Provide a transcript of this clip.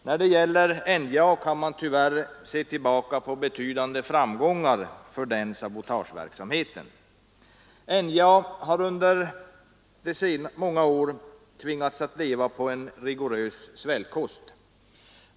När det gäller NJA kan man tyvärr se tillbaka på betydande framgångar för den sabotageverksamheten. NJA har under många år tvingats att leva på en rigorös svältkost.